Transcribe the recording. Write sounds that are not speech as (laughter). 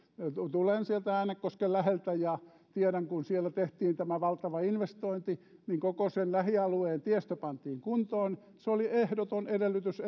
tulen sieltä äänekosken läheltä ja tiedän että kun siellä tehtiin tämä valtava investointi että koko sen lähialueen tiestö pantiin kuntoon niin se oli ehdoton edellytys (unintelligible)